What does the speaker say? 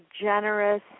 generous